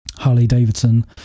Harley-Davidson